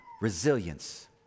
Resilience